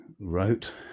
wrote